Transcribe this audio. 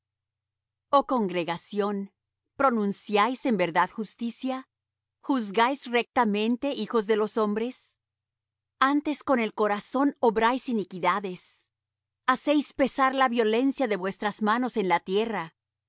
oh congregación pronunciáis en verdad justicia juzgáis rectamente hijos de los hombres antes con el corazón obráis iniquidades hacéis pesar la violencia de vuestras manos en la tierra